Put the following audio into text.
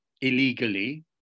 illegally